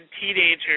teenagers